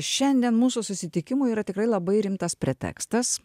šiandien mūsų susitikimui yra tikrai labai rimtas pretekstas